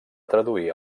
traduir